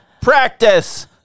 Practice